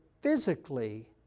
physically